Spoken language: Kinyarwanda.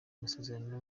amasezerano